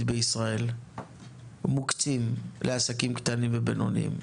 בישראל מוקצים לעסקים קטנים ובינוניים?